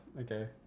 okay